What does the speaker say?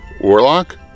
Warlock